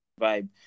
vibe